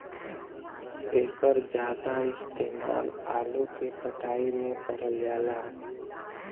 एकर जादा इस्तेमाल आलू के कटाई में करल जाला